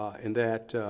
and that